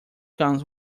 comes